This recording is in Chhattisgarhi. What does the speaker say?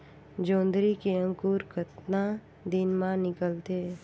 जोंदरी के अंकुर कतना दिन मां निकलथे?